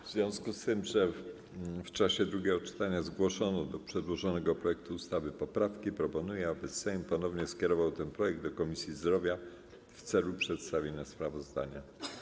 W związku z tym, że w czasie drugiego czytania zgłoszono do przedłożonego projektu ustawy poprawki, proponuję, aby Sejm ponownie skierował ten projekt do Komisji Zdrowia w celu przedstawienia sprawozdania.